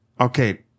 Okay